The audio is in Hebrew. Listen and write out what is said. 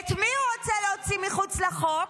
את מי הוא רוצה להוציא מחוץ לחוק?